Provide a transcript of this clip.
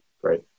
great